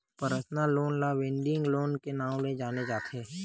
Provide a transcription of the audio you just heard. personal loan ल wedding loan के नांव ले जाने जाथे